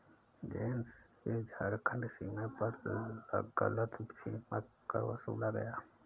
जयंत से झारखंड सीमा पर गलत सीमा कर वसूला गया